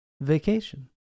vacation